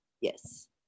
Yes